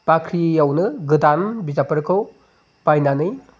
बाख्रियावनो गोदान बिजाबफोरखौ बायनानै